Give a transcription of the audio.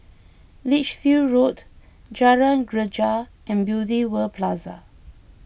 Lichfield Road Jalan Greja and Beauty World Plaza